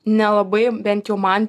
nelabai bent jau man